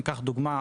למשל,